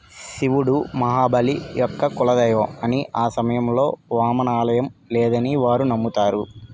శివుడు మహాబలి యొక్క కులదైవం అని ఆ సమయంలో వామన ఆలయం లేదని వారు నమ్ముతారు